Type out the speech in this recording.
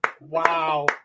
wow